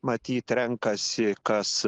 matyt renkasi kas